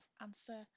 ANSWER